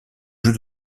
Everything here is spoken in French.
jeu